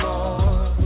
Lord